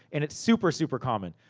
and it's super, super common.